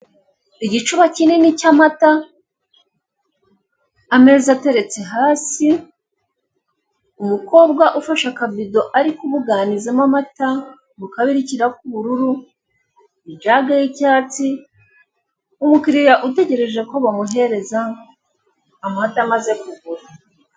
Igicuba kinini cy'amata ameza ateretse hasi umukobwa ufashe akabido ari kubuganizamo amata, mu kabirikira k'ubururu ijage y'icyatsi, umukiliya utegereje ko bamuhereza amata amaze kugura.